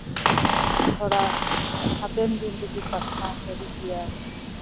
ᱛᱷᱚᱲᱟ ᱦᱟᱯᱮᱱ ᱫᱤᱱ ᱨᱮᱜᱮ ᱯᱟᱥᱱᱟᱣ ᱥᱟᱹᱨᱤ ᱜᱮᱭᱟ